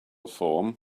form